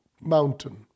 mountain